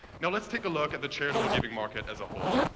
now, let's take a look at the charitable-giving market as a whole.